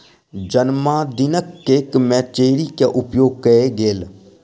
जनमदिनक केक में चेरी के उपयोग कएल गेल